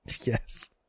yes